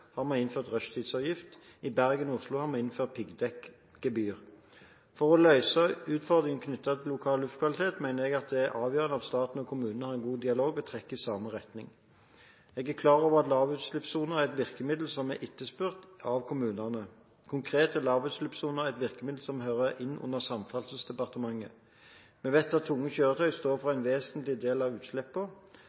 har man innført rushtidsavgift. I Bergen og Oslo har man innført piggdekkgebyr. For å løse utfordringene knyttet til lokal luftkvalitet mener jeg det er avgjørende at staten og kommunene har en god dialog og trekker i samme retning. Jeg er klar over at lavutslippssoner er et virkemiddel som er etterspurt av kommunene. Konkret er lavutslippssoner et virkemiddel som hører inn under Samferdselsdepartementet. Vi vet at tunge kjøretøy står for en vesentlig del av